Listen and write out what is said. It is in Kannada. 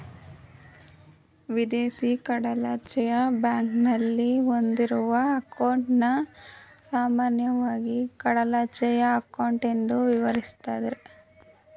ವಿದೇಶಿ ಕಡಲಾಚೆಯ ಬ್ಯಾಂಕ್ನಲ್ಲಿ ಹೊಂದಿರುವ ಅಂಕೌಟನ್ನ ಸಾಮಾನ್ಯವಾಗಿ ಕಡಲಾಚೆಯ ಅಂಕೌಟ್ ಎಂದು ವಿವರಿಸುದ್ರು